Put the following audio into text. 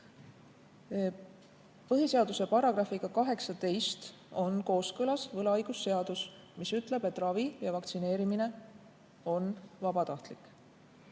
Põhiseaduse §-ga 18 on kooskõlas võlaõigusseadus, mis ütleb, et ravi ja vaktsineerimine on vabatahtlik.